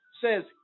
says